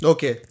Okay